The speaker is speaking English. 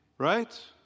Right